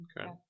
okay